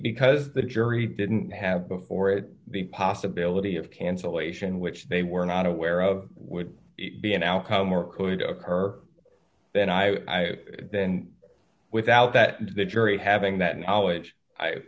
because the jury didn't have before it the possibility of cancellation which they were not aware of would be an outcome or could occur then i then without that the jury having that knowledge